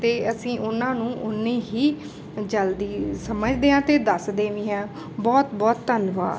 ਅਤੇ ਅਸੀਂ ਉਹਨਾਂ ਨੂੰ ਉੱਨੀ ਹੀ ਜਲਦੀ ਸਮਝਦੇ ਹਾਂ ਅਤੇ ਦੱਸਦੇ ਵੀ ਹਾਂ ਬਹੁਤ ਬਹੁਤ ਧੰਨਵਾਦ